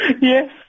Yes